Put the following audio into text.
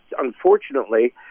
unfortunately